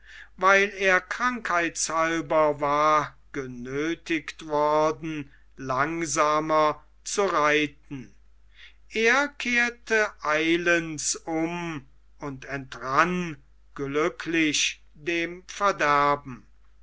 weil er krankheitshalber war genöthigt worden langsamer zu reisen er kehrte eilends um und entrann glücklich dem verderben